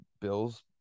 Bills